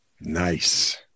nice